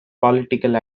political